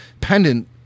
pendant